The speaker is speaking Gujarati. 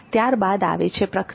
ત્યારબાદ આવે છે પ્રક્રિયા